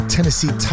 Tennessee